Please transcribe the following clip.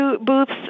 booths